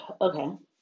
Okay